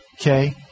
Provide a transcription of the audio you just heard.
Okay